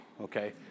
okay